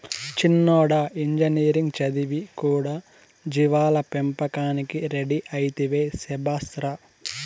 చిన్నోడా ఇంజనీరింగ్ చదివి కూడా జీవాల పెంపకానికి రెడీ అయితివే శభాష్ రా